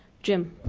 jim?